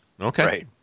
Okay